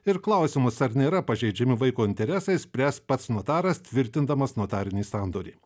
ir klausimus ar nėra pažeidžiami vaiko interesai spręs pats notaras tvirtindamas notarinį sandorį